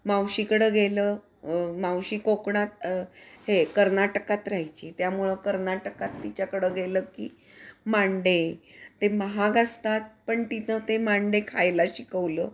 मावशीकडं गेलं मावशी कोकणात हे कर्नाटकात राहायची त्यामुळं कर्नाटकात तिच्याकडं गेलं की मांडे ते महाग असतात पण तिथं ते मांडे खायला शिकवलं